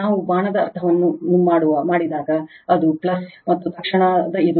ನಾವು ಬಾಣದ ಅರ್ಥವನ್ನು ಮಾಡಿದಾಗ ಅದು ಮತ್ತು ತಕ್ಷಣದ ಇದು